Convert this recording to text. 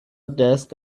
desk